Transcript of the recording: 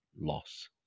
loss